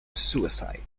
suicide